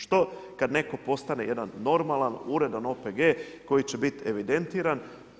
Što kad netko postane jedan normalan uredan OPG koji će biti evidentiran?